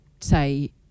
say